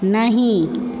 नहि